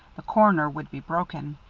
the corner would be broken,